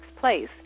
place